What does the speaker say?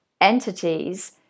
entities